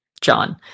John